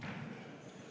Kõik